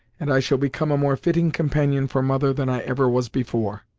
and i shall become a more fitting companion for mother than i ever was before.